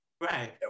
right